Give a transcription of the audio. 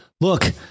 Look